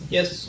Yes